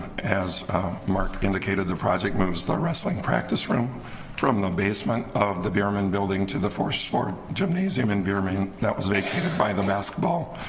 as mark indicated the project moves the wrestling practice room from the basement of the beermen building to the for sport gymnasium and beer main that was vacated by the basketball